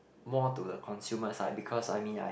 more to the consumer side because I mean I